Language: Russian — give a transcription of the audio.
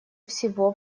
всего